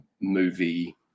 movie